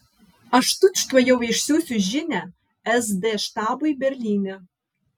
aš tučtuojau išsiųsiu žinią sd štabui berlyne